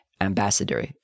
ambassador